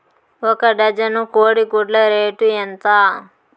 ఒక డజను కోడి గుడ్ల రేటు ఎంత?